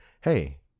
hey